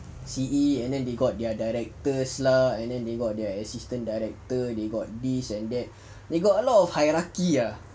C_E and then they got their directors lah and then they got their assistant director they got this and that they got a lot of hierarchy ah